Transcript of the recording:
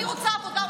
אני רוצה עבודה,